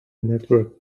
network